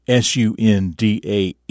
SUNDAE